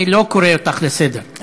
אני לא קורא אותך לסדר.